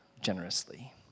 generously